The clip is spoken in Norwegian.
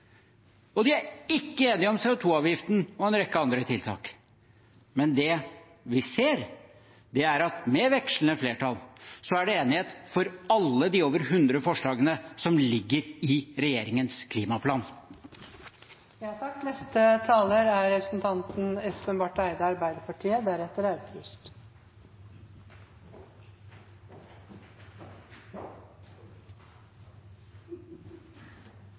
Og de er ikke enige om CO 2 -avgiften og en rekke andre tiltak. Men det vi ser, er at med vekslende flertall er det enighet om alle de over 100 forslagene som ligger i regjeringens